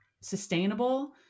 sustainable